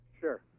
Sure